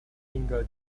tinggal